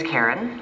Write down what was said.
Karen